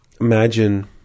imagine